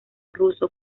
ruso